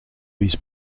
his